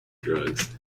drugs